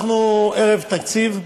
אנחנו ערב תקציב.